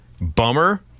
bummer